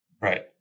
Right